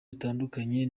zitandukanye